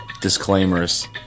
disclaimers